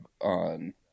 on